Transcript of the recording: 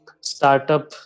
startup